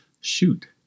shoot